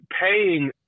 Paying